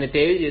તેવી જ રીતે 6